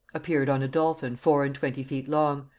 appeared on a dolphin four-and-twenty feet long,